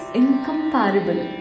incomparable